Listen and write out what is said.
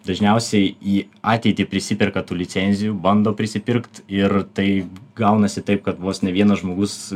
dažniausiai į ateitį prisiperka tų licencijų bando prisipirkt ir tai gaunasi taip kad vos ne vienas žmogus